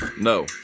no